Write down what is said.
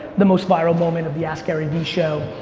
the most viral moment of the ask gary vee show.